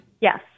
Yes